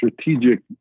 strategic